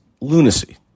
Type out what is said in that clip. lunacy